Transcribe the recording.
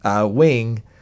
wing